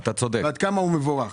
עד כמה הוא מבורך.